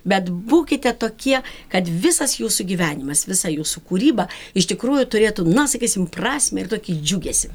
bet būkite tokie kad visas jūsų gyvenimas visa jūsų kūryba iš tikrųjų turėtų na sakysim prasmę ir tokį džiugesį